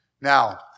Now